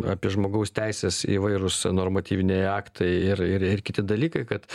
apie žmogaus teises įvairūs normatyviniai aktai ir ir ir kiti dalykai kad